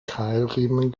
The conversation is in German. keilriemen